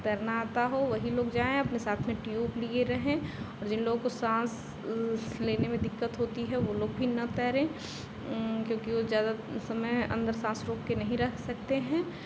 तैरना आता हो वही लोग जाएँ अपने हिसाब से ट्यूब लिए रहें और जिन लोगों को साँस लेने में दिक्कत होती है वे लोग भी न तैरें क्योंकि वे ज़्यादा समय अन्दर साँस रोक कर नहीं रह सकते हैं